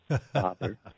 Father